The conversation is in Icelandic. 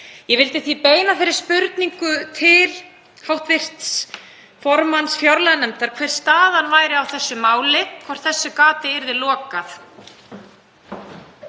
Ég vildi því beina þeirri spurningu til hv. formanns fjárlaganefndar hver staðan væri á þessu máli, hvort þessu gati yrði lokað.